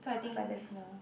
cause like very small